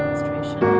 stretched